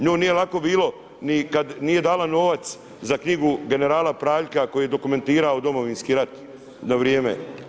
Nju nije lako bilo ni kada nije dala novac za knjigu generala Praljka koji je dokumentirao Domovinski rat na vrijeme.